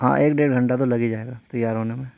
ہاں ایک ڈیڑھ گھنٹہ تو لگ ہی جائے گا تیار ہونے میں